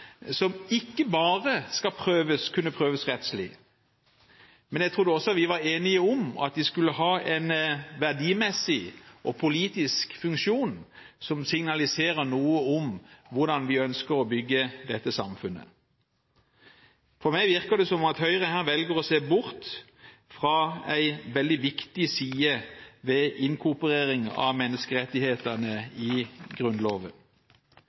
som ikke bare skal kunne prøves rettslig, men jeg trodde også vi var enige om at de skulle ha en verdimessig og politisk funksjon som signaliserer noe om hvordan vi ønsker å bygge dette samfunnet. På meg virker det som om Høyre her velger å se bort fra en veldig viktig side ved inkorporering av menneskerettighetene i Grunnloven.